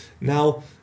Now